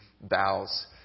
bows